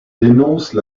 dénoncent